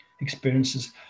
experiences